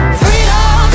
freedom